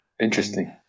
Interesting